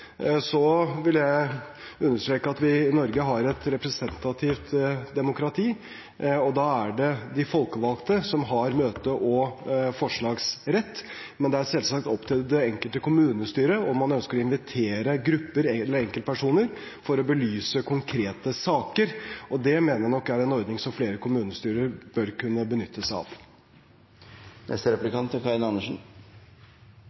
vil jeg understreke at vi i Norge har et representativt demokrati, og da er det de folkevalgte som har møte- og forslagsrett. Men det er selvsagt opp til det enkelte kommunestyret om man ønsker å invitere grupper eller enkeltpersoner for å belyse konkrete saker, og det mener jeg nok er en ordning som flere kommunestyrer bør kunne benytte seg av.